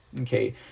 Okay